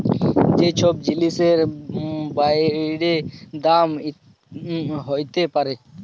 যে ছব জিলিসের বাইড়ে দাম হ্যইতে পারে